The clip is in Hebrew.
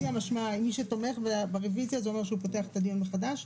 מי שתומך ברוויזיה זה אומר שהוא פותח את הדיון מחדש,